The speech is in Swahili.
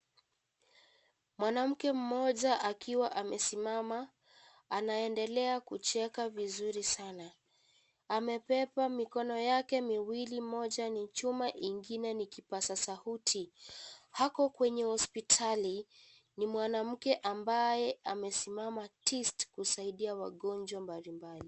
Mwanamke mmoja akiwa amesimama. Anaendelea kucheka vizuri sana. Amebeba mikono yake miwili, mmoja ni chuma ingine ni kipazasauti. Ako kwenye hospitali. Ni mwananamke ambaye amesimama tisti kusaidia wagonjwa mbalimbali.